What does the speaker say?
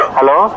Hello